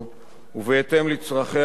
ובהתאם לצרכיה העדכניים,